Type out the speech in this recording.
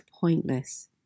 pointless